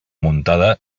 muntada